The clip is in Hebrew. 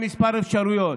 שנפצע.